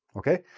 okay?